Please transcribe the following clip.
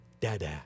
Dada